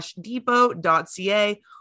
depot.ca